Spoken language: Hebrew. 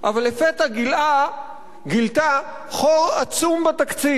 אבל לפתע גילתה חור עצום בתקציב,